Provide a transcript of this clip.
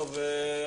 בוקר טוב.